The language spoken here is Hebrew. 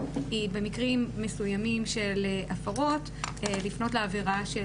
היא במקרים מסוימים של הפרות לפנות לעבירה של